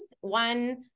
One